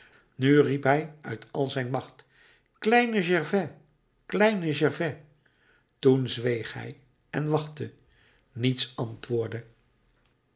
riep hij uit al zijn macht kleine gervais kleine gervais toen zweeg hij en wachtte niets antwoordde